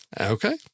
okay